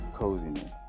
coziness